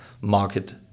market